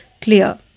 clear